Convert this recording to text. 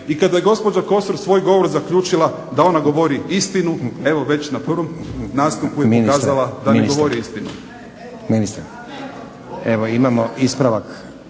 i kada je gospođa Kosor svoj govor zaključila da ona govori istinu evo već na prvom nastupu je pokazala da ne govori istinu. **Stazić, Nenad